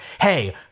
hey